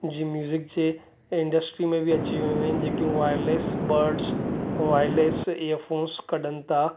जीअं म्यूज़िक जे इंडस्ट्रीअ में बि अची वियूं आहिनि जेकियूं वायरलेस बड्स वायरलेस इयरफोन्स कढनि था